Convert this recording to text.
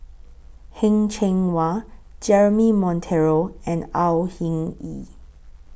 Heng Cheng Hwa Jeremy Monteiro and Au Hing Yee